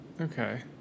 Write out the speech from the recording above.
Okay